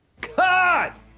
Cut